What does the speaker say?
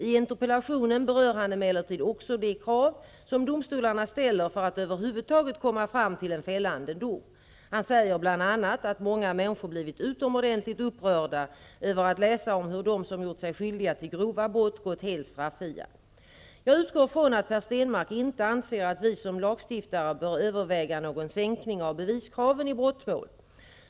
I interpellationen berör han emellertid också de krav som domstolarna ställer för att över huvud taget komma fram till en fällande dom. Han säger bl.a. att många människor blivit utomordentligt upprörda över att läsa om hur de som gjort sig skyldiga till grova brott går helt straffria. Jag utgår från att Per Stenmarck inte anser att vi som lagstiftare bör överväga någon generell sänkning av beviskraven i brottmål.